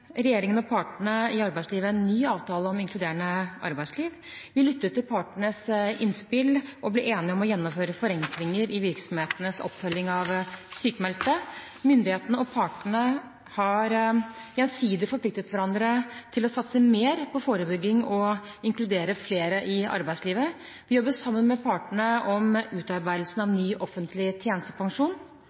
regjeringen og partene i arbeidslivet en ny avtale om inkluderende arbeidsliv. Vi lyttet til partenes innspill og ble enige om å gjennomføre forenklinger i virksomhetenes oppfølging av sykmeldte. Myndighetene og partene har gjensidig forpliktet hverandre til å satse mer på forebygging og inkludere flere i arbeidslivet. Vi jobber sammen med partene om utarbeidelsen av ny offentlig tjenestepensjon.